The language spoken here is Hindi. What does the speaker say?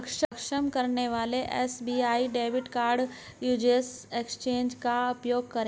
अक्षम करने वाले SBI debit card usage change का उपयोग करें